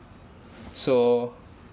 so